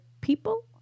people